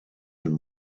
and